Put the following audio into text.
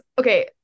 okay